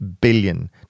billion